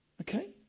Okay